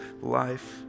life